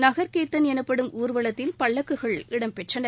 நகர்கீர்த்தன் என்படும் ஊர்வலத்தில் பல்லக்குகள் இடம்பெற்றன